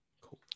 Cool